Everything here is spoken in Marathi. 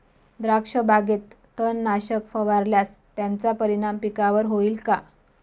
द्राक्षबागेत तणनाशक फवारल्यास त्याचा परिणाम पिकावर होईल का?